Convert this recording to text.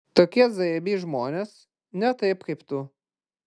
tokie zajabys žmonės ne taip kaip tu